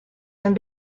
and